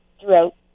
throughout